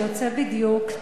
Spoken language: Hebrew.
שיוצא בדיוק,